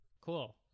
cool